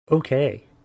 Okay